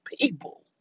people